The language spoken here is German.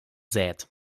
sät